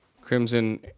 Crimson